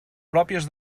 pròpies